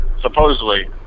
supposedly